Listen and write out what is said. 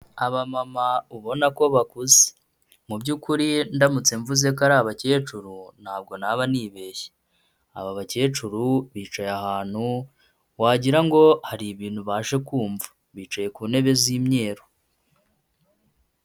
Abamama ubona ko bakuze mu by'kuri ndamutse mvuze ko ari abakecuru ntabwo naba nibeshye aba bakecuru bicaye ahantu wagira ngo hari ibintu ubashe kumva bicaye ku ntebe z'imyeru.